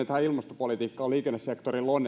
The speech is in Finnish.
tähän ilmastopolitiikkaan liikennesektorilla on